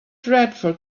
dreadful